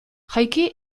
jaiki